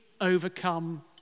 overcome